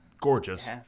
gorgeous